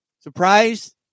Surprise